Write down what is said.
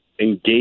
engage